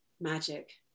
magic